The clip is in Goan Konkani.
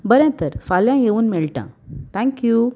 बरें तर फाल्यां येवन मेळटा थँक्यू